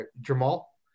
Jamal